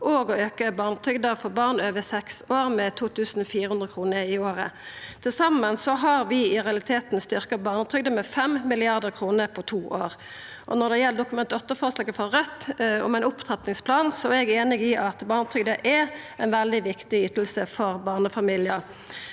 og å auka barnetrygda for barn over seks år med 2 400 kr i året. Til saman har vi i realiteten styrkt barnetrygda med 5 mrd. kr på to år. Når det gjeld Dokument 8-forslaget frå Raudt om ein opptrappingsplan, er eg einig i at barnetrygda er ei veldig viktig yting for barnefamiliar.